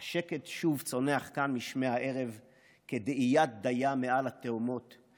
"השקט שוב צונח כאן משמי הערב / כדאיית דיה מעל התהומות /